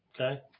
okay